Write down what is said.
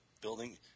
Building